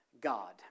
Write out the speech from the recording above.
God